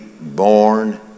born